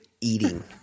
eating